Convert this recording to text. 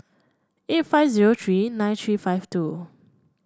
eight five zero three nine three five two